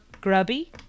Grubby